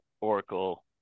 Oracle